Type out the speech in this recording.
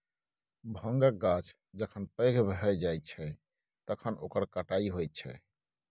भाँगक गाछ जखन पैघ भए जाइत छै तखन ओकर कटाई होइत छै